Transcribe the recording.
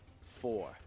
four